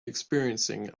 experiencing